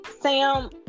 Sam